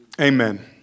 Amen